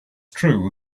true